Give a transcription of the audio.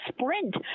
sprint